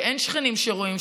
שאין שכנים שרואים,